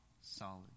solid